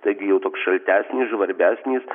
taigi jau toks šaltesnis žvarbesnis